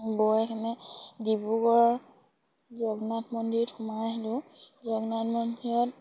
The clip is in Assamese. গৈ সেনে ডিব্ৰুগড় জগন্নাথ মন্দিৰ সোমাই আহিলোঁ জগন্নাথ মন্দিৰত